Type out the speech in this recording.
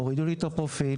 הורידו לי את הפרופיל,